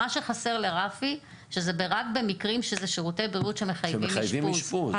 מה שחסר לרפי שזה רק במקרים שזה שירותי בריאות שמחייבים אשפוז.